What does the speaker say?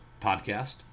Podcast